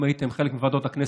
אם הייתם חלק מוועדות הכנסת,